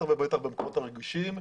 בטח במקומות הרגישים,